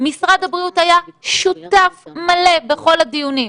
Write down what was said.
משרד הבריאות היה שותף מלא בכל הדיונים.